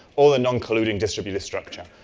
or non-colluding distributed structure.